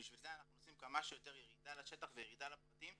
ובשביל זה אנחנו עושים כמה שיותר ירידה לשטח וירידה לפרטים,